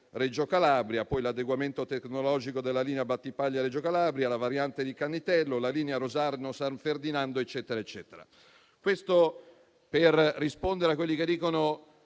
Calabria, poi l'adeguamento tecnologico della linea Battipaglia-Reggio Calabria, la variante di Cannitello, la linea Rosarno-San Ferdinando, eccetera eccetera. Questo per rispondere a coloro i quali dicono